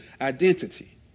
identity